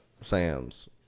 Sam's